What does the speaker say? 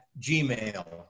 Gmail